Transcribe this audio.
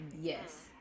yes